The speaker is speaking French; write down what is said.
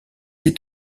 est